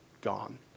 gone